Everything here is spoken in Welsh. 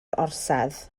orsedd